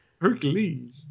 Hercules